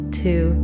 two